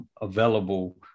available